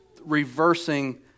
reversing